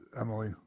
Emily